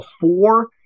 four